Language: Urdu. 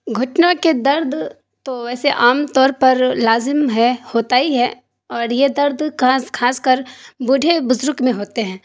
گھٹنوں کے درد تو ویسے عام طور پر لازم ہے ہوتا ہی ہے اور یہ درد خاص کر بوڈھے بزرگ میں ہوتے ہیں